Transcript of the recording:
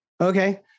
okay